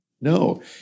No